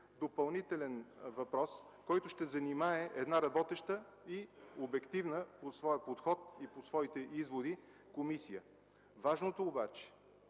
допълнителен въпрос, който ще занимае една работеща и обективна по своя подход и по своите изводи комисия. Важното обаче